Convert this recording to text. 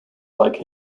like